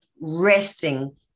resting